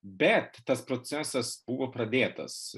bet tas procesas buvo pradėtas